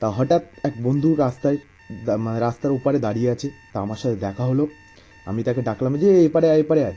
তা হটাৎ এক বন্ধু রাস্তায় রাস্তার ওপারে দাঁড়িয়ে আছে তা আমার সাথে দেখা হলো আমি তাকে ডাকলাম যে এপারে আয় এপারে আয়